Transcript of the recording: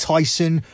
Tyson